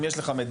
אתה מעביר.